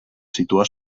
situa